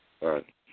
Right